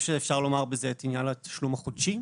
שאפשר לכלול בזה את עניין התשלום החודשי,